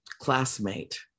classmate